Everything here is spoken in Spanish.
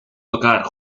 tocar